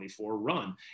run